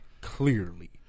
Clearly